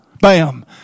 Bam